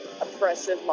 oppressive